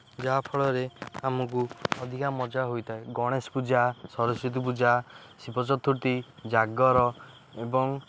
ଯାହା ଫଳରେ ଆମକୁ ଅଧିକା ମଜା ହୋଇଥାଏ ଗଣେଶ ପୂଜା ସରସ୍ଵତୀ ପୂଜା ଶିବ ଚତୁର୍ଥୀ ଜାଗର ଏବଂ